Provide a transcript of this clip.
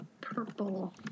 purple